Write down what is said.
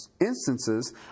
instances